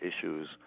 issues